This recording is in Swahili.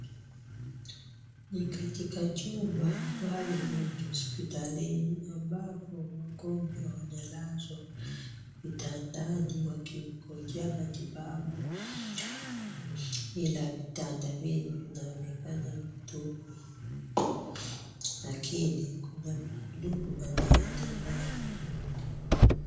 Ni katika chumba maalum cha hospitalini ambapo wagonjwa wanalazwa vitandani wakingojea matibabu. Ina vitanda vingi vinaonekana tupu, lakini kuna mhudumu anaendelea.